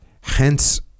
hence